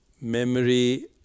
Memory